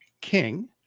King